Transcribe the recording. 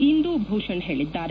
ಇಂದೂಭೂಷಣ್ ಹೇಳಿದ್ದಾರೆ